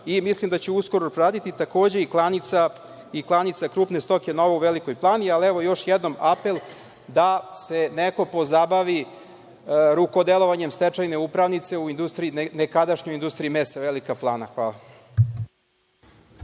i mislim da će uskoro proraditi takođe i klanica krupne stoke nova u Velikoj Plani. Još jednom apel da se neko pozabavi rukodelovanjem stečajne upravnice u nekadašnjoj industriji mesa Velika Plana. Hvala.